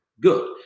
Good